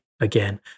again